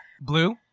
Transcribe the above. blue